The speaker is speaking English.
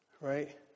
Right